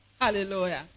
Hallelujah